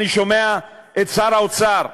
אני שומע את שר האוצר,